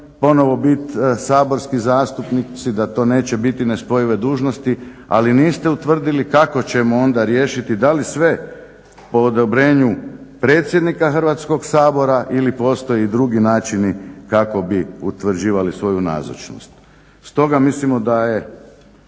ponovno biti saborski zastupnici, da to neće biti nespojive dužnosti. Ali niste utvrdili kako ćemo onda riješiti, da li sve po odobrenju predsjednika Hrvatskog sabora ili postoje i drugi načini kako bi utvrđivali svoju nazočnost. Stoga mislimo da je